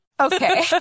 Okay